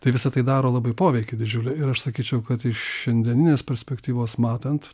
tai visą tai daro labai poveikį didžiulį ir aš sakyčiau kad iš šiandieninės perspektyvos matant